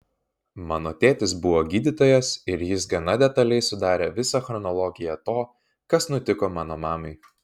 mano tėtis buvo gydytojas ir jis gana detaliai sudarė visą chronologiją to kas nutiko mano mamai